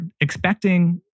expecting